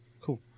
cool